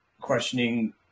questioning